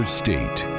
state